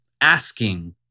asking